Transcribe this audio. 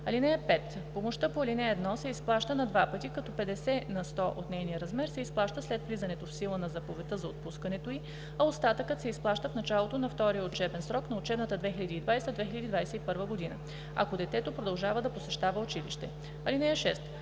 (5) Помощта по ал. 1 се изплаща на два пъти, като 50 на сто от нейния размер се изплаща след влизането в сила на заповедта за отпускането й, а остатъкът се изплаща в началото на втория учебен срок на учебната 2020/2021 г., ако детето продължава да посещава училище. (6)